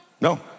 No